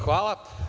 Hvala.